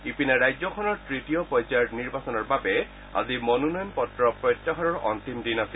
ইপিনে ৰাজ্যখনৰ তৃতীয় পৰ্য়াযৰ নিৰ্বাচনৰ বাবে আজি মনোনয়ন পত্ৰ প্ৰত্যাহাৰৰ অন্তিম দিন আছিল